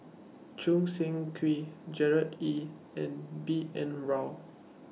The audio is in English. Choo Seng Quee Gerard Ee and B N Rao